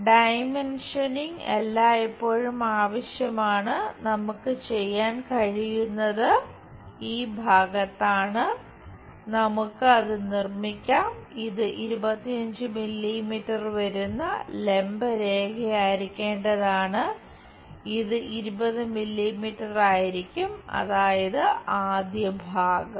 dimensioning എല്ലായ്പ്പോഴും ആവശ്യമാണ് നമുക്ക് ചെയ്യാൻ കഴിയുന്നത് ഈ ഭാഗത്താണ് നമുക്ക് അത് നിർമ്മിക്കാം ഇത് 25 മില്ലിമീറ്റർ വരുന്ന ലംബ രേഖയായിരിക്കേണ്ടതാണ് ഇത് 20 മില്ലിമീറ്റർ ആയിരിക്കും അതായത് ആദ്യ ഭാഗം